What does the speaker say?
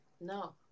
No